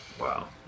Wow